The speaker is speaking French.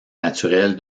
naturelle